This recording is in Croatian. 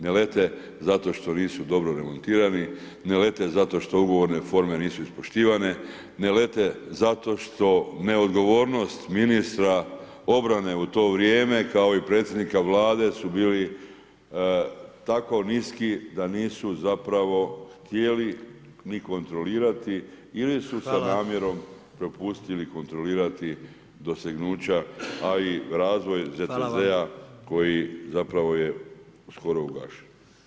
Ne lete zato što nisu dobro remontirani, ne lete zato što ugovorne forme nisu ispoštivane, ne lete, zato što neodgovornost ministra obrane u to vrijeme, kao i predsjednika Vlade su bili tako niski, da nisu zapravo htjeli ni kontrolirati ili su sa namjerom propustili kontrolirati dostignuća ali i razvoj ZTZ-a koji zapravo je skoro ugašen.